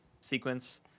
sequence